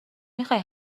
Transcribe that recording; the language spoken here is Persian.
میخای